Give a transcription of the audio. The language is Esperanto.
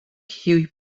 kiuj